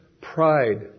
pride